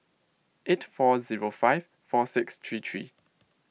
eight four zero five four six three three